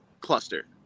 cluster